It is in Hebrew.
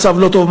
מצב לא טוב,